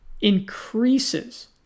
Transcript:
increases